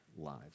lives